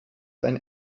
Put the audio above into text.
sein